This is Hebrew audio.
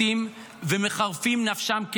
משרתים ומחרפים נפשם,